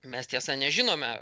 mes tiesa nežinome